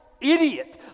idiot